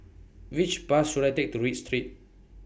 Which Bus should I Take to Read Street